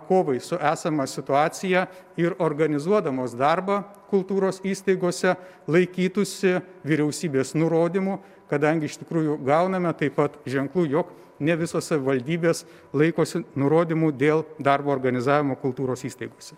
kovai su esama situacija ir organizuodamos darbą kultūros įstaigose laikytųsi vyriausybės nurodymų kadangi iš tikrųjų gauname taip pat ženklų jog ne visos savivaldybės laikosi nurodymų dėl darbo organizavimo kultūros įstaigose